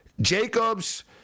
Jacobs